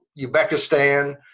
Uzbekistan